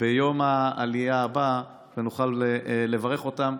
ביום העלייה הבא ונוכל לברך אותם,